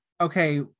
okay